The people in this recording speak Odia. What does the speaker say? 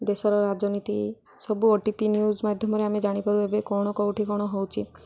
ଦେଶର ରାଜନୀତି ସବୁ ଓ ଟି ଭି ନ୍ୟୁଜ୍ ମାଧ୍ୟମରେ ଆମେ ଜାଣିପାରୁ ଏବେ କ'ଣ କେଉଁଠି କ'ଣ ହେଉଛି